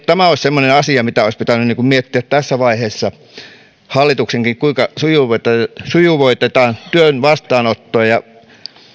tämä olisi semmoinen asia mitä olisi pitänyt miettiä tässä vaiheessa hallituksenkin kuinka sujuvoitetaan sujuvoitetaan työn vastaanottoa ja